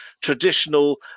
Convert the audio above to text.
traditional